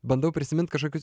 bandau prisimint kažkokius